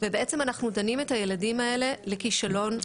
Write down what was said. ובעצם אנחנו דנים את הילדים האלה לכישלון מראש,